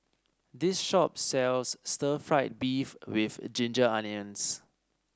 this shop sells Stir Fried Beef with Ginger Onions